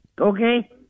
Okay